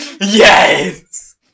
Yes